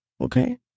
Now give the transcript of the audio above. okay